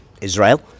Israel